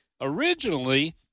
originally